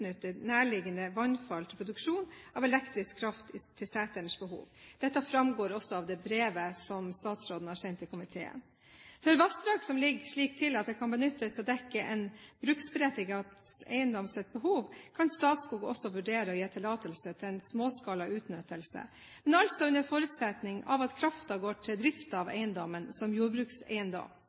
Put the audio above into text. utnyttet nærliggende vannfall til produksjon av elektrisk kraft til seterens behov. Dette framgår også av det brevet som statsråden har sendt til komiteen. For vassdrag som ligger slik til at de kan benyttes til å dekke en bruksberettiget eiendoms behov, kan Statskog også vurdere å gi tillatelse til en småskala utnyttelse, men altså under forutsetning av at kraften går til driften av eiendommen som jordbrukseiendom.